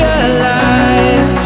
alive